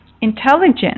intelligent